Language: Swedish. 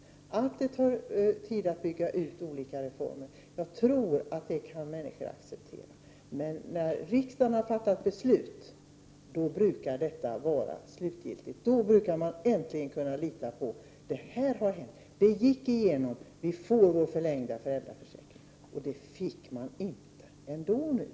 Jag tror att människor kan acceptera att det tar tid att bygga ut olika reformer. Men när riksdagen har fattat beslut, brukar det vara slutgiltigt. Då brukar man äntligen kunna lita på att det har hänt, att det har gått igenom, att man får sin förlängda föräldraförsäkring. Men det fick man i år ändå inte.